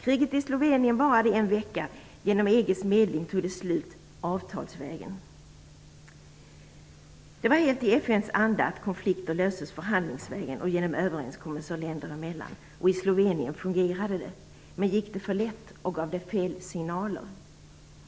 Kriget i Slovenien varade en vecka - genom EG:s medling tog det slut avtalsvägen. Det var helt i FN:s anda att konflikter löses förhandlingsvägen och genom överenskommelser länder emellan. I Slovenien fungerade det. Men gick det för lätt och gav det fel signaler?